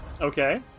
Okay